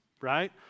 right